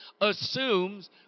assumes